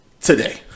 today